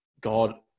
God